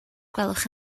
gwelwch